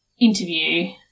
interview